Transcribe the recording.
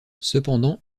cependant